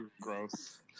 gross